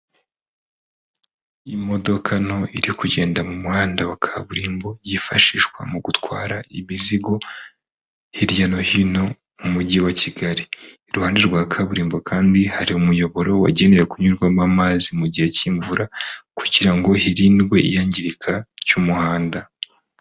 Imodoka nto iri kugenda mu muhanda wa kaburimbo, yifashishwa mu gutwara imizigo, hirya no hino mu mujyi wa Kigali. Iruhande rwa kaburimbo kandi hari umuyoboro wagenewe kunyurwamo amazi mu gihe cy'imvura, kugira ngo hirindwe iyangirika ry'umuhanda.